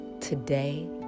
Today